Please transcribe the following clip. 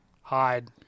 hide